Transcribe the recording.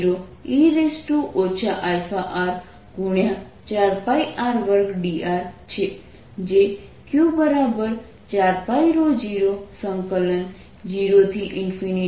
4πr2dr છે જે Q4π00r2e αrdr છે જે Q4π02